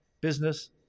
business